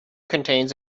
contains